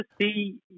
see